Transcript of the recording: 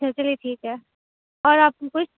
پھر چلیے ٹھیک اور آپ کو کچھ